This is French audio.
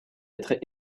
être